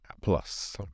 plus